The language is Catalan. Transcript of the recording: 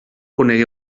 conegué